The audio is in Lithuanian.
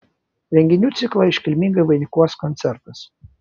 renginių ciklą iškilmingai vainikuos koncertas